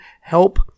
help